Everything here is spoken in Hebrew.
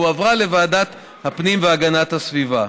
והועברה לוועדת הפנים והגנת הסביבה.